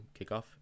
kickoff